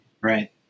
right